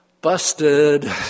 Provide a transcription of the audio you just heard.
busted